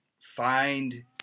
find